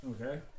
Okay